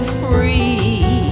free